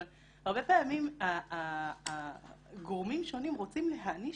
אבל הרבה פעמים גורמים שונים רוצים להעניש